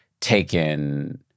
taken